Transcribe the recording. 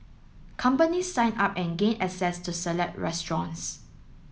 companies sign up and gain access to select restaurants